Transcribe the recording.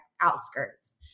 outskirts